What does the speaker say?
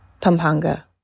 Pampanga